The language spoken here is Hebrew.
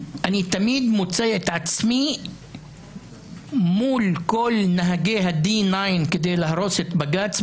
אני תמיד מוצא את עצמי מול כל נהגי ה-D-9 כדי להרוס את בג"ץ,